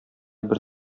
бер